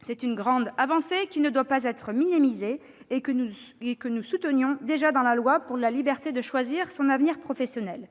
C'est une grande avancée, qui ne doit pas être minimisée et que nous soutenions déjà dans la loi pour la liberté de choisir son avenir professionnel.